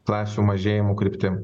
klasių mažėjimo kryptim